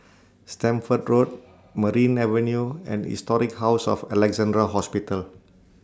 Stamford Road Merryn Avenue and Historic House of Alexandra Hospital